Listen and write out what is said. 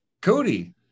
cody